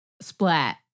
Splat